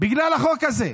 בגלל החוק הזה.